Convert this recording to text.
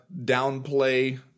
downplay